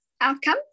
outcome